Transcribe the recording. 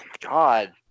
God